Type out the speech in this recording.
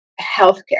healthcare